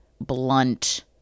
blunt